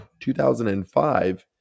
2005